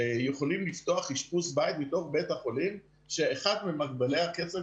יכולים לפתוח אשפוז בית מתוך בית החולים ממגבילי הקצב,